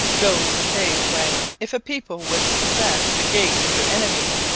those were days when, if a people would possess the gates of their enemies,